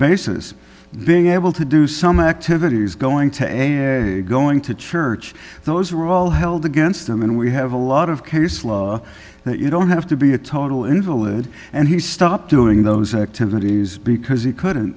basis being able to do some activities going to a going to church those are all held against them and we have a lot of case law that you don't have to be a total invalid and he stopped doing those activities because he couldn't